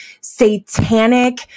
satanic